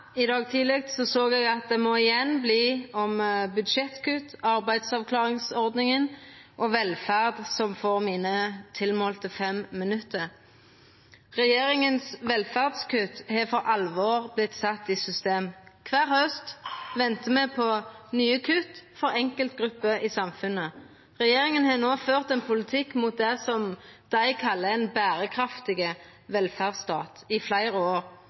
i dag tidleg såg eg at det igjen må verta budsjettkutt, arbeidsavklaringsordninga og velferd som får mine fem tilmålte minutt. Regjeringas velferdskutt har for alvor vorte sett i system. Kvar haust ventar me på nye kutt for enkeltgrupper i samfunnet. Regjeringa har i fleire år ført ein politikk mot det dei kallar ein berekraftig velferdsstat. Det har stort sett handla om velferdskutt. Ei lang rekke kutt er i